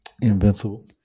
Invincible